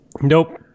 Nope